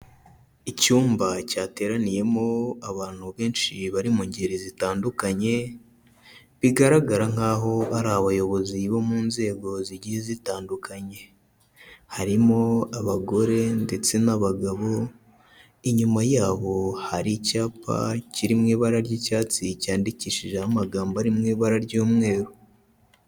Icyumba cyateraniyemo abantu benshi bari mu ngeri zitandukanye, bigaragara nkaho ari abayobozi bo mu nzego zigiye zitandukanye, harimo abagore ndetse n'abagabo, inyuma yabo hari icyapa kiri mu ibara ry'icyatsi cyandikishijeho amagambo ari mu ibara ry'umweru.